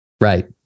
right